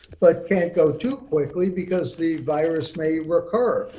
but can't go too quickly because the virus may recur.